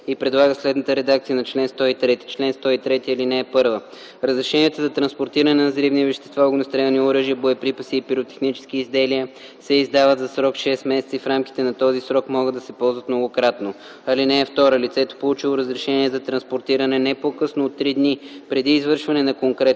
(2) Лицето, получило разрешение за транспортиране, не по-късно от 3 дни преди извършване на конкретно